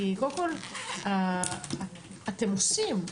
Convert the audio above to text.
כי קודם כול אתם עושים,